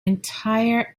entire